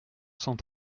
cent